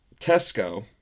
Tesco